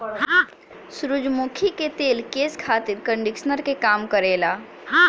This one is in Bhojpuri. सूरजमुखी के तेल केस खातिर कंडिशनर के काम करेला